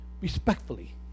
respectfully